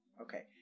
Okay